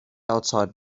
outside